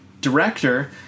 director